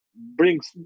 brings